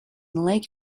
lake